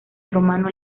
romano